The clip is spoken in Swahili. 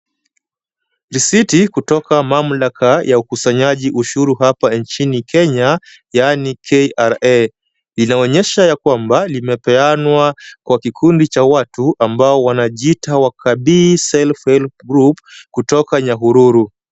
Risiti kutoka mamlaka ya ukusanyaji ushuru hapa nchini Kenya yaani KRA. Inaonyesha ya kwamba limepeanwa kwa kikundi cha watu ambao wanajiita Wakadii Self-help Group kutoka Nyahuruu.